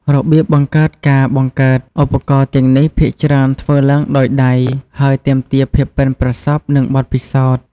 របៀបបង្កើតការបង្កើតឧបករណ៍ទាំងនេះភាគច្រើនធ្វើឡើងដោយដៃ ហើយទាមទារភាពប៉ិនប្រសប់ និងបទពិសោធន៍។